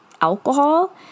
alcohol